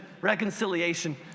reconciliation